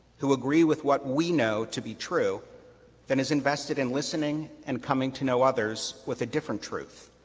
who agree with what we know to be true than is invested in listening and coming to know others with a different truth.